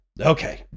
Okay